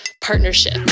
partnership